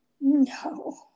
No